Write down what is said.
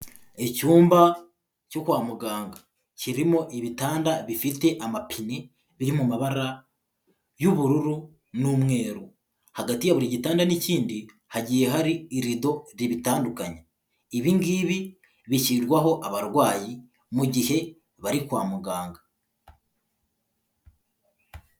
Icyumba cyo kwa muganga, kirimo ibitanda bifite amapine biri mu mabara y'ubururu n'umweru, hagati ya buri gitanda n'ikindi, hagiye hari irido ribitandukanya, ibi ngibi bishyirwaho abarwayi mu gihe bari kwa muganga.